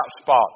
spot